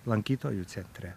lankytojų centre